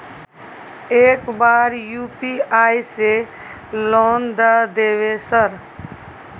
एक बार यु.पी.आई से लोन द देवे सर?